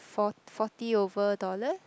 four forty over dollar